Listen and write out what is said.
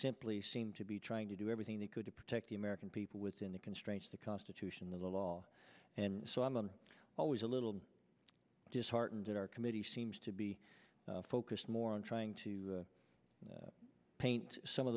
simply seem to be trying to do everything they could to protect the american people within the constraints of the constitution the law and so i'm always a little disheartened that our committee seems to be focused more on trying to paint some of